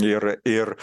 ir ir